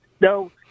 No